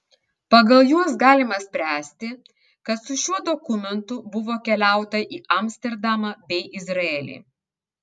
pagal juos galima spręsti kad su šiuo dokumentu buvo keliauta į amsterdamą bei izraelį